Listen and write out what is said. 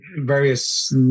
various